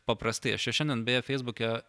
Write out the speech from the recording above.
paprastai aš čia šiandien beje feisbuke